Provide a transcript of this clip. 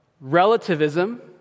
relativism